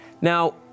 Now